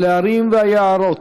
על ההרים והיערות,